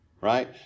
right